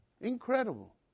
incredible